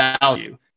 value